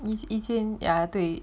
these eighteen 呀对